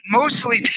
mostly